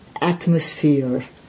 Atmosphere